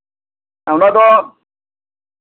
ᱚᱱᱟ ᱫᱚ